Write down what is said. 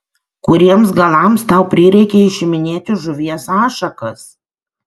kuriems galams tau prireikė išiminėti žuvies ašakas